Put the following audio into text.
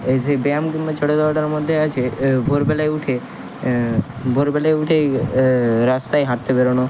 এই সেই ব্যায়াম কিংবা ছোটা দৌড়াটার মধ্যে আছে ভোরবেলায় উঠে ভোরবেলায় উঠেই রাস্তায় হাঁটতে বেরোনো